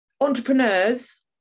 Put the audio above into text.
entrepreneurs